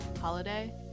holiday